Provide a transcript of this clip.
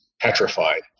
petrified